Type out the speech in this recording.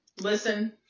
listen